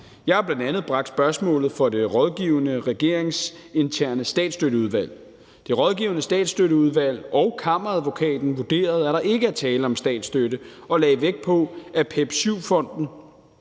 Jeg har bl.a. bragt spørgsmålet for det rådgivende regeringsinterne statsstøtteudvalg. Det rådgivende statsstøtteudvalg og Kammeradvokaten vurderede, at der ikke er tale om statsstøtte, og lagde vægt på, at PEP VII-fonden